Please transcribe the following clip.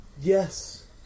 Yes